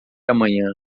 amanhã